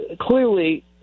Clearly